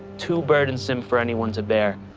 too burdensome for anyone to bear,